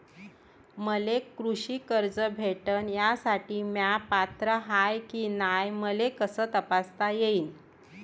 मले कृषी कर्ज भेटन यासाठी म्या पात्र हाय की नाय मले कस तपासता येईन?